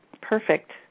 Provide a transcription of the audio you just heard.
perfect